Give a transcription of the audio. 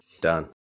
done